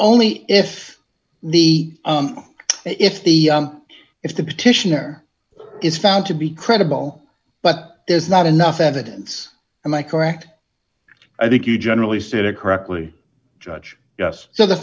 only if the if the if the petitioner is found to be credible but there's not enough evidence and i correct i think you generally sit it correctly judge yes so the